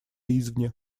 извне